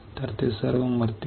तर ते सर्व मरतील